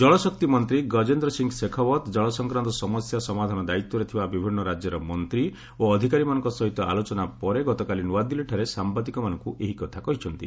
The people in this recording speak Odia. ଜଳଶକ୍ତି ମନ୍ତ୍ରୀ ଗଜେନ୍ଦ୍ ସିଂହ ଶେଖାଓ୍ୱତ କଳ ସଂକ୍ରାନ୍ତ ସମସ୍ୟା ସମାଧାନ ଦାୟିତ୍ୱରେ ଥିବା ବିଭିନ୍ନ ରାକ୍ୟର ମନ୍ତ୍ରୀ ଓ ଅଧିକାରୀମାନଙ୍କ ସହିତ ଆଲୋଚନା ପରେ ଗତକାଲି ନୂଆଦିଲ୍ଲୀଠାରେ ସାମ୍ବାଦିକମାନଙ୍କୁ ଏହି କଥା କହିଛନ୍ତି